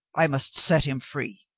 i must set him free,